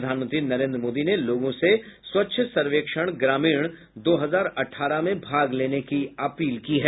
प्रधानमंत्री नरेंद्र मोदी ने लोगों से स्वच्छ सर्वेक्षण ग्रामीण दो हजार अठारह में भाग लेने की अपील की है